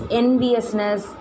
enviousness